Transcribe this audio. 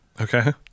Okay